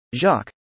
Jacques